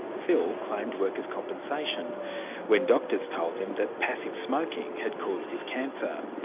phil claimed workers compensation when doctors told him that passive smoking had caused his cancer.